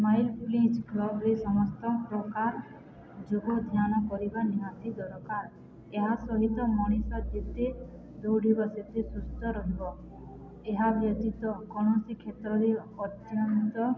smile please କ୍ଲବ୍ରେ ସମସ୍ତ ପ୍ରକାର ଯୋଗ ଧ୍ୟାନ କରିବା ନିହାତି ଦରକାର ଏହା ସହିତ ମଣିଷ ଯେତେ ଦୌଡ଼ିବ ସେତେ ସୁସ୍ଥ ରହିବ ଏହା ବ୍ୟତୀତ କୌଣସି କ୍ଷେତ୍ରରେ ଅତ୍ୟନ୍ତ